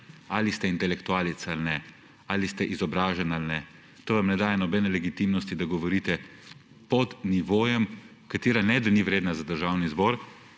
Ali ste intelektualec ali ne, ali ste izobraženi ali ne, to vam ne daje nobene legitimnosti, da govorite pod nivojem, kateri ne samo da ni vreden za Državni zbor,